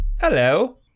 Hello